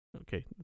Okay